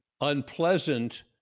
unpleasant